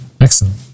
Excellent